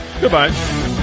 Goodbye